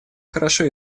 хорошо